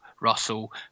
Russell